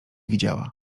widziała